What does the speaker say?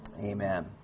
Amen